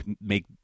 make